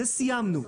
זה סיימנו.